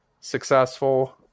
successful